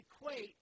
equate